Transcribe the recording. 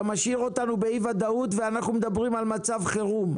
אתה משאיר אותנו באי וודאות ואנחנו מדברים על מצב חירום,